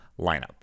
lineup